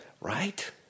Right